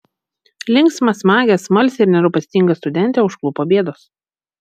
linksmą smagią smalsią ir nerūpestingą studentę užklupo bėdos